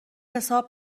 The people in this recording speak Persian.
حساب